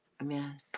Amen